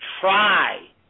try